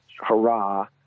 hurrah